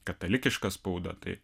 katalikiška spauda tai